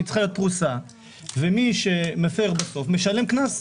היא צריכה להיות פרוסה ומי שמפר בסוף, משלם קנס.